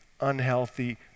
unhealthy